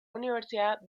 universidad